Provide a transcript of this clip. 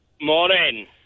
Morning